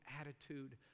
attitude